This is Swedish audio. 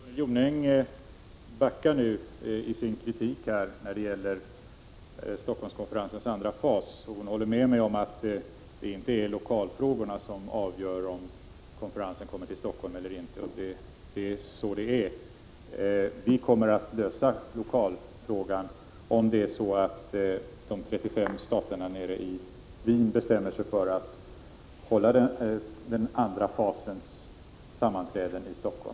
Herr talman! Gunnel Jonäng backar nu i sin kritik när det gäller Stockholmskonferensens andra fas och håller med mig om att det inte är lokalfrågorna som avgör om konferensen kommer till Stockholm eller inte. Så förhåller det sig. Vi kommer att lösa lokalfrågan, om de 35 staterna nere i Wien bestämmer sig för att hålla den andra fasens sammanträden i Stockholm.